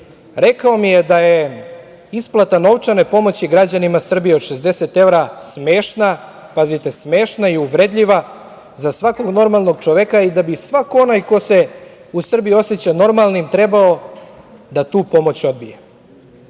rekao mi je da je isplata novčane pomoći građanima Srbije od 60 evra smešna i uvredljiva za svakog normalnog čoveka i da bi svako onaj ko se u Srbiji oseća normalnim trebao da tu pomoć odbije.